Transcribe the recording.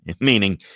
meaning